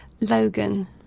Logan